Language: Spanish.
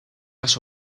las